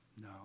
No